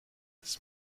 this